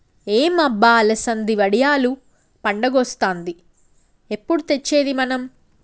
ఏం అబ్బ అలసంది వడియాలు పండగొస్తాంది ఎప్పుడు తెచ్చేది మనం